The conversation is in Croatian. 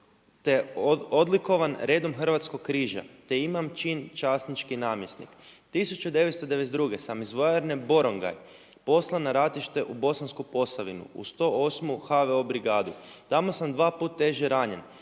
te odlikovan redom Hrvatskog križa te imam čin časnički namjesnik. 1992. sam iz vojarne Borongaj poslan na ratište u Bosansku Posavinu u 108. HVO brigadu, tamo sam dva puta teže ranjen